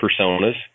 personas